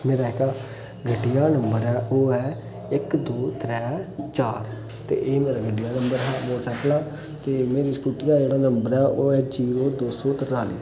मेरा जेह्का गड्डिया नम्बर ऐ ओह् ऐ इक दो त्रै चार ते एह् मेरा नम्बर गड्डिया नम्बर मोटरसाइकला ते मेरी स्कूटी आ जेह्ड़ा नम्बर ऐ ओह् ऐ जीरो दो सौ तरताली